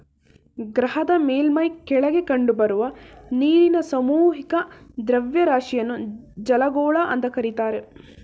ಗ್ರಹದ ಮೇಲ್ಮೈ ಕೆಳಗೆ ಕಂಡುಬರುವ ನೀರಿನ ಸಾಮೂಹಿಕ ದ್ರವ್ಯರಾಶಿಯನ್ನು ಜಲಗೋಳ ಅಂತ ಕರೀತಾರೆ